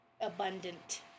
abundant